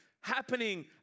happening